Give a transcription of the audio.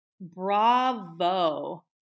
bravo